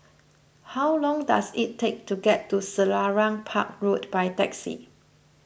how long does it take to get to Selarang Park Road by taxi